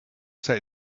say